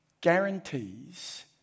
guarantees